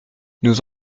nous